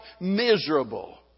miserable